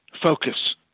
focus